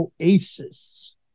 oasis